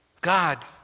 god